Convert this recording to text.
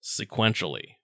sequentially